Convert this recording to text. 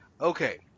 Okay